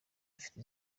afite